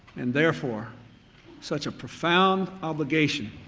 and therefore such a profound obligation